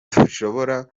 dushobora